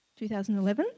2011